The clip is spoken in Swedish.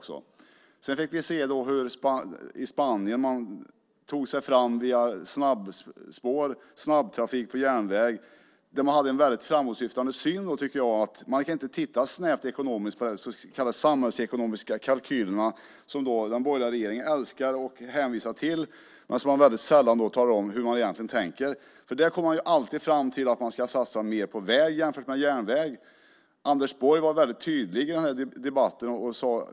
Sedan visade man hur de i Spanien tar sig fram med snabbtrafik på järnvägen. Det var en väldigt framåtsyftande syn, tycker jag. Man kan inte se snävt ekonomiskt här. Jag tänker på de så kallade samhällsekonomiska kalkyler som den borgerliga regeringen älskar att hänvisa till. Men väldigt sällan talar man om hur man egentligen tänker. Man kommer alltid fram till att det ska satsas mer på väg än på järnväg.